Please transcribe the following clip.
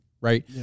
right